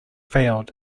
failed